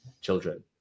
children